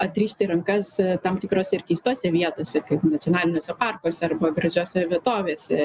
atrišti rankas tam tikrose ir keistose vietose kaip nacionaliniuose parkuose arba gražiose vietovėse